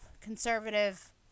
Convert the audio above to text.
conservative